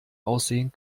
aussehen